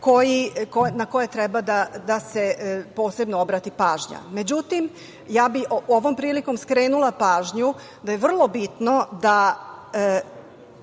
na koje treba da se posebno obrati pažnja.Međutim, ovom prilikom ja bih skrenula pažnju da je vrlo bitno da